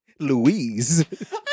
Louise